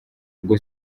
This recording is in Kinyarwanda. ubwo